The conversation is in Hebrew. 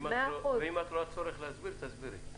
אם את רואה צורך להסביר, תסבירי.